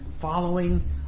following